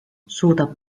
suudab